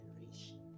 generation